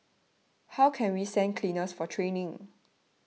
how can we send cleaners for training